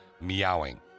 meowing